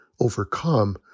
overcome